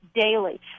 daily